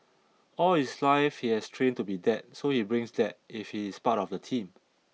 all his life he has trained to be that so he brings that if he is part of the team